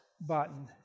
button